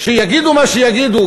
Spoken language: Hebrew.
שיגידו מה שיגידו,